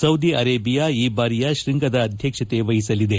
Saudi Arabia ಈ ಬಾರಿಯ ಶ್ವಂಗದ ಅಧ್ವಕ್ಷತೆ ವಹಿಸಲಿದೆ